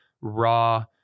raw